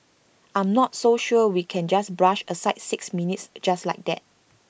I'm not so sure we can just brush aside six minutes just like that